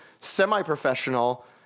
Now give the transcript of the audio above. semi-professional